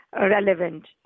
relevant